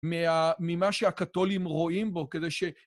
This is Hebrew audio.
ממה שהקתולים רואים בו כדי ש...